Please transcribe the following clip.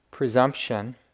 presumption